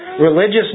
Religious